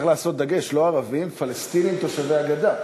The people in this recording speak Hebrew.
זה נותן להם תחושה הרבה יותר טובה,